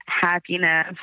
happiness